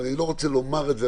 אני לא רוצה לומר את זה,